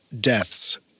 deaths